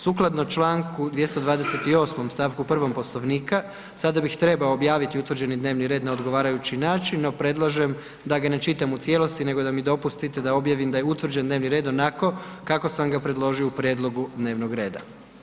Sukladno članku 228., stavku 1. Poslovnika, sada bih trebao objaviti utvrđeni dnevni red na odgovarajući način, no predlažem da ga ne čitam u cijelosti, nego da mi dopustite da objavim da je utvrđen dnevni red onako kako sam ga predložio u prijedlogu dnevnog reda.